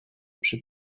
przy